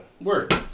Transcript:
Word